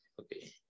Okay